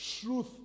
truth